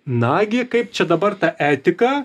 nagi kaip čia dabar ta etika